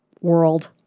world